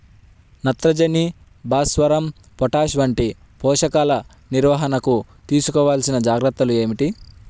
నత్రజని, భాస్వరం, పొటాష్ వంటి పోషకాల నిర్వహణకు తీసుకోవలసిన జాగ్రత్తలు ఏమిటీ?